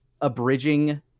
abridging